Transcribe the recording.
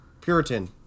Puritan